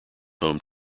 home